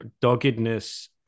doggedness